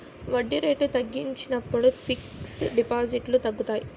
వడ్డీ రేట్లు తగ్గించినప్పుడు ఫిక్స్ డిపాజిట్లు తగ్గుతాయి